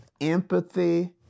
empathy